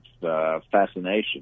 fascination